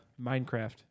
Minecraft